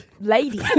lady